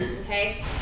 Okay